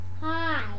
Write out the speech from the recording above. Hi